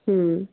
হুম